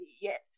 yes